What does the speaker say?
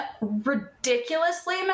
ridiculously